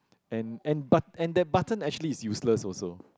and and but and that button actually is useless also